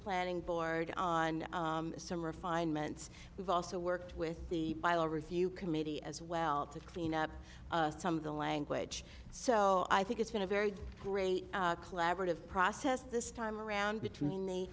planning board on some refinements we've also worked with the bio review committee as well to clean up some of the language so i think it's been a very great collaborative process this time around between the